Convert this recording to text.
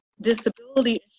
disability